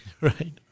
Right